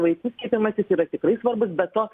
vaikų skiepijimasis yra tikrai svarbus be to